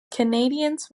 canadiens